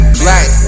black